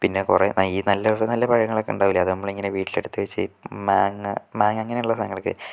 പിന്നെ കുറെ നയ്യ് ഈ നല്ല നല്ല പഴങ്ങളൊക്കെ ഉണ്ടാവൂല്ലെ അത് നമ്മലിങ്ങനെ വീട്ടിലെടുത്ത് വെച്ച് മാങ്ങ മാങ്ങ അങ്ങനെയുള്ള സാധനങ്ങളൊക്കെ